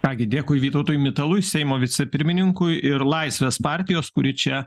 ką gi dėkui vytautui mitalui seimo vicepirmininkui ir laisvės partijos kuri čia